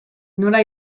nola